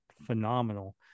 phenomenal